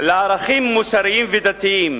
של ערכים מוסריים ודתיים